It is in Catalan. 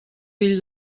fill